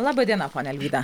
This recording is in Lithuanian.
laba diena pania alvyda